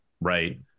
right